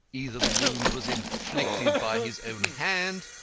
either the wound was inflicted by his own hand,